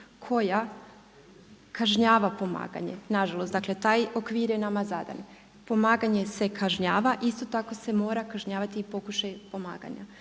koja kažnjava pomaganje nažalost. Dakle taj okvir je nama zadan. Pomaganje se kažnjava, isto tak se mora kažnjavati i pokušaj pomaganja.